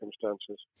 circumstances